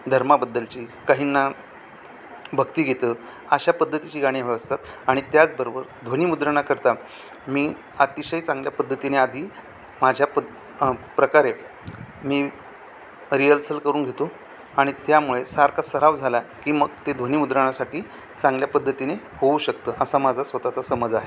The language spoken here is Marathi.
धर्माबद्दलची काहींना भक्तीगीतं अशा पद्धतीची गाणी हवी असतात आणि त्याचबरोबर ध्वनी मुद्रणाकरता मी अतिशय चांगल्या पद्धतीने आधी माझ्या प प्रकारे मी रिअर्सल करून घेतो आणि त्यामुळे सारखा सराव झाला की मग ते ध्वनी मुद्रणासाठी चांगल्या पद्धतीने होऊ शकतं असा माझा स्वतःचा समज आहे